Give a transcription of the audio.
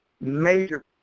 major